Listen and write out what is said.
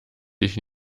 dich